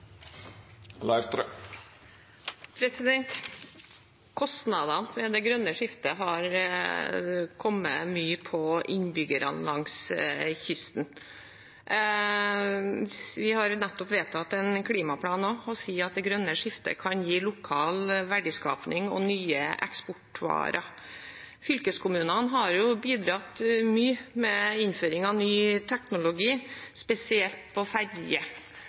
replikkordskifte. Kostnadene ved det grønne skiftet har kommet mye for innbyggerne langs kysten. Vi har nettopp vedtatt en klimaplan og sier at det grønne skiftet kan gi lokal verdiskaping og nye eksportvarer. Fylkeskommunene har bidratt mye med innføring av ny teknologi, spesielt på